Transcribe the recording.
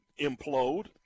implode